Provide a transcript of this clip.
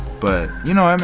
but, you know, and